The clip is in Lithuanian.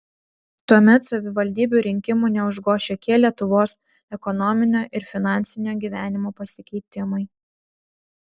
tuomet savivaldybių rinkimų neužgoš jokie lietuvos ekonominio ir finansinio gyvenimo pasikeitimai